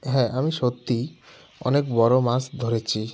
হ্যাঁ আমি সত্যিই অনেক বড়ো মাস ধরেছি